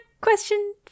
question